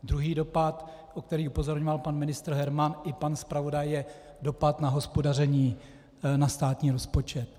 Druhý dopad, na který upozorňoval pan ministr Herman i pan zpravodaj, je dopad na hospodaření, na státní rozpočet.